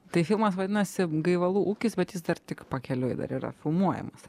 tai filmas vadinasi gaivalų ūkis bet jis dar tik pakeliui dar yra filmuojamas